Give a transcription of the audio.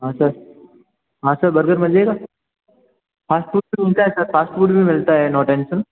हाँ सर हाँ sir burger मिल जाएगा फास्ट फूड भी मिलता है सर फास्ट फूड भी मिलता है नो टेंशन